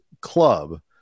club